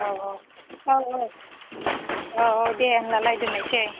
औ औ औ औ दे होनबालाय दोननोसै